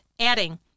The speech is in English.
Adding